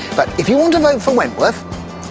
but if you want to vote for wentworth,